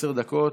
עשר דקות,